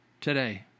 today